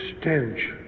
stench